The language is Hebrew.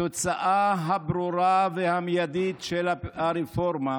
התוצאה הברורה והמיידית של הרפורמה